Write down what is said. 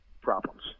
problems